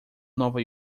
nova